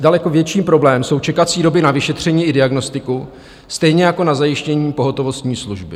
Daleko větší problém jsou čekací doby na vyšetření a diagnostiku, stejně jako na zajištění pohotovostní služby.